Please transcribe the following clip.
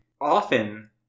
Often